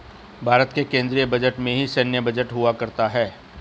भारत के केन्द्रीय बजट में ही सैन्य बजट हुआ करता है